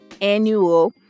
Annual